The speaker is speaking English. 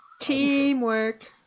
Teamwork